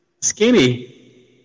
Skinny